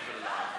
יושבת-ראש,